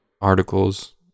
articles